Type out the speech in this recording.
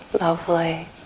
lovely